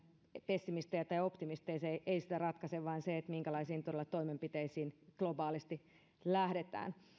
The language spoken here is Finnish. pessimistejä vai optimisteja ei sitä ratkaise vaan se minkälaisiin toimenpiteisiin globaalisti todella lähdetään